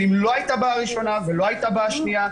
ואם לא הייתה באה הראשונה ולא הייתה באה השנייה,